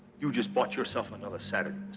you just bought yourself another saturday,